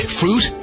fruit